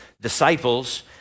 disciples